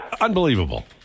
unbelievable